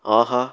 ஆஹா